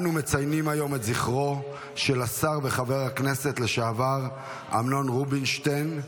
אנו מציינים היום את זכרו של השר וחבר הכנסת לשעבר אמנון רובינשטיין.